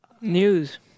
news